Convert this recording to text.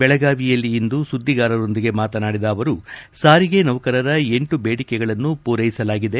ಬೆಳಗಾವಿಯಲ್ಲಿ ಇಂದು ಸುದ್ದಿಗಾರರೊಂದಿಗೆ ಮಾತನಾಡಿದ ಅವರು ಸಾರಿಗೆ ನೌಕರರ ಎಂಟು ಬೇಡಿಕೆಗಳನ್ನು ಪೂರೈಸಲಾಗಿದೆ